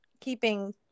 keeping